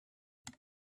and